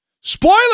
Spoiler